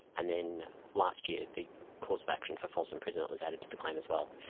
and then last year the course of action for false imprisonment was added to the claim as well.